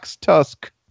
Tusk